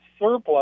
surplus